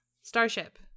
Starship